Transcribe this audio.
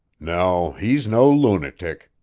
no, he's no lunatic,